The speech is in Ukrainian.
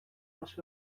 наш